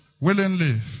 willingly